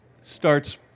starts